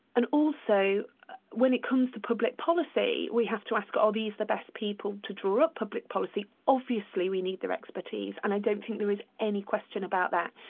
and also when it comes to public policy, we have to ask are these the best people to draw up public policy? obviously we need their expertise and i don't think there is any question about that.